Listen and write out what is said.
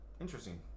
Interesting